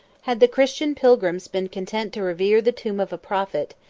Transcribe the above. had the christian pilgrims been content to revere the tomb of a prophet,